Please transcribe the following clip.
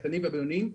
הקטנים והבינוניים,